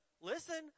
listen